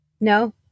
No